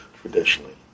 traditionally